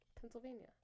Pennsylvania